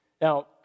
Now